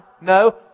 No